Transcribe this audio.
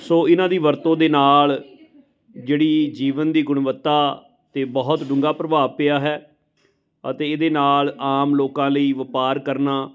ਸੋ ਇਹਨਾਂ ਦੀ ਵਰਤੋਂ ਦੇ ਨਾਲ ਜਿਹੜੀ ਜੀਵਨ ਦੀ ਗੁਣਵੱਤਾ 'ਤੇ ਬਹੁਤ ਡੂੰਘਾ ਪ੍ਰਭਾਵ ਪਿਆ ਹੈ ਅਤੇ ਇਹਦੇ ਨਾਲ ਆਮ ਲੋਕਾਂ ਲਈ ਵਪਾਰ ਕਰਨਾ